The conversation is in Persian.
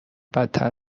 بدتر